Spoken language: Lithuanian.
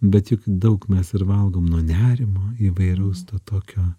bet juk daug mes ir valgom nuo nerimo įvairaus to tokio